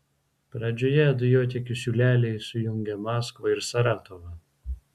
pradžioje dujotiekių siūleliai sujungia maskvą ir saratovą